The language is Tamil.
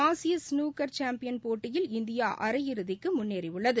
ஆசிய ஸ்னுக்கர் சாம்பியன் போட்டியில் இந்தியா அரையிறுதிக்கு முன்னேறியுள்ளது